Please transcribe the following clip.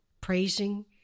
praising